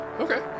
Okay